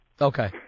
Okay